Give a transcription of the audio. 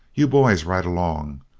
you boys ride along.